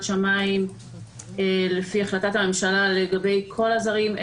שמים לפי החלטת הממשלה לגבי כל הזרים,